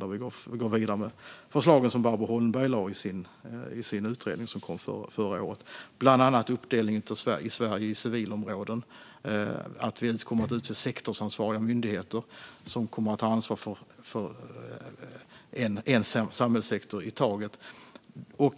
Där går vi vidare med de förslag som Barbro Holmberg lade fram i sin utredning, som kom förra året, bland annat när det gäller uppdelningen av Sverige i civilområden och att vi kommer att utse sektorsansvariga myndigheter som tar ansvar för en samhällssektor i taget.